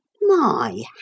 My